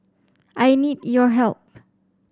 I need your help